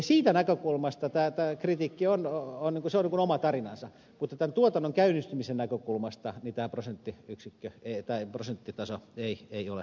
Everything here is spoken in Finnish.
siitä näkökulmasta tämä kritiikki on oma tarinansa mutta tämän tuotannon käynnistymisen näkökulmasta tämä prosenttitaso ei ole korkea